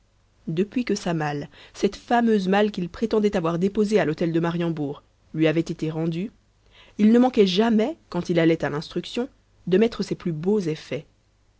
depuis que sa malle cette fameuse malle qu'il prétendait avoir déposée à l'hôtel de mariembourg lui avait été rendue il ne manquait jamais quand il allait à l'instruction de mettre ses plus beaux effets